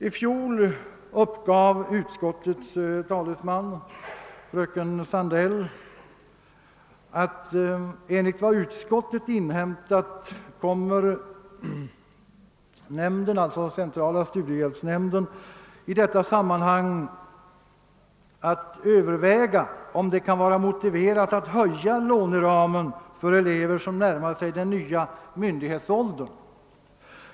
I fjol uppgav utskottets talesman, fröken Sandell, att enligt vad utskottet inhämtat centrala studiehjälpsnämnden i detta sammanhang kommer att överväga om det kan vara motiverat att höja låneramen för elever som närmar sig den nya myndighetsåldern.